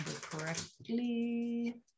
correctly